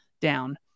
down